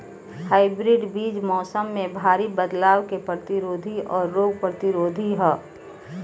hybrid बीज मौसम में भारी बदलाव के प्रतिरोधी और रोग प्रतिरोधी ह